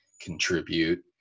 contribute